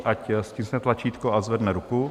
Ať stiskne tlačítko a zvedne ruku.